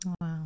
Wow